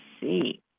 see